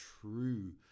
true